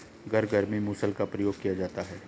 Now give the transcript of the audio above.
घर घर में मुसल का प्रयोग किया जाता है